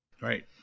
right